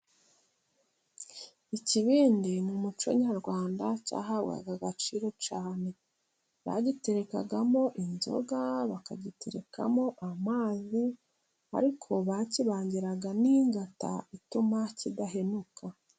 Ikibindi mu muco nyarwanda cyahabwaga agaciro cyane. Bagiterekagamo inzoga, bakagiterekamo amazi, ariko bakibangiraga n'ingata ituma kidahemuka.